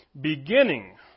Beginning